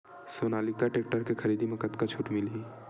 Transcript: Sonalika tractor के खरीदी मा कतका छूट मीलही?